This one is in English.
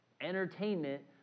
entertainment